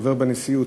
חבר בנשיאות,